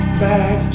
back